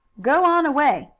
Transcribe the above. go on away!